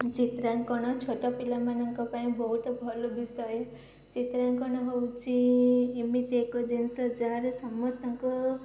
ଚିତ୍ରାଙ୍କନ ଛୋଟ ପିଲାମାନଙ୍କ ପାଇଁ ବହୁତ ଭଲ ବିଷୟ ଚିତ୍ରାଙ୍କନ ହେଉଛି ଏମିତି ଏକ ଜିନିଷ ଯାହାର ସମସ୍ତଙ୍କ